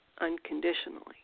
unconditionally